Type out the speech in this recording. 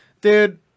dude